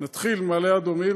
שנתחיל ממעלה אדומים,